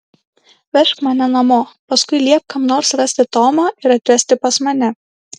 vežk mane namo paskui liepk kam nors rasti tomą ir atvesti pas mane